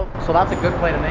so that's a good point